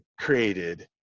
created